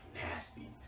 nasty